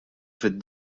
fid